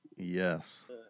yes